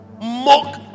mock